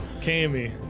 Kami